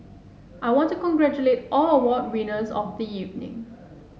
I want to congratulate all award winners of the evening